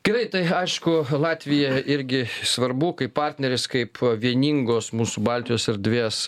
gerai tai aišku latvija irgi svarbu kaip partneris kaip vieningos mūsų baltijos erdvės